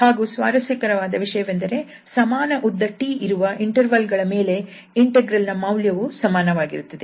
ಹಾಗೂ ಸ್ವಾರಸ್ಯಕರವಾದ ವಿಷಯವೆಂದರೆ ಸಮಾನ ಉದ್ದ 𝑇 ಇರುವ ಇಂಟರ್ವೆಲ್ ಗಳ ಮೇಲೆ ಇಂಟೆಗ್ರಲ್ ನ ಮೌಲ್ಯವು ಸಮಾನವಾಗಿರುತ್ತದೆ